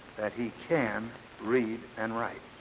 that he can read and write.